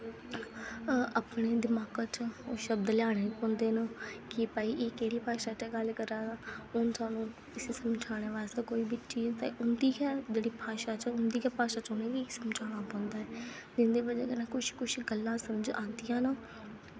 अपने दमाका च ओह् शब्द लेआना पौंदे न कि भाई एह्कड़ी भाशा च गल्ल करा दा हून सानूं इस्सी समझानै बास्तै कोई बी चीज तां उं'दी गै जेह्ड़ी भाशा च उं'दी गै भाशा च समझाना पौंदा ऐ ते एह्दी ब'जा कन्नै कुछ कुछ गल्लां समझ आंदियां न